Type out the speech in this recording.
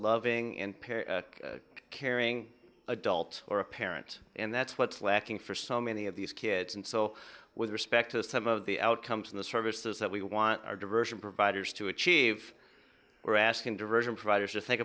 loving and caring adult or a parent and that's what's lacking for so many of these kids and so with respect to some of the outcomes in the services that we want our diversion providers to achieve we're asking diversion providers to think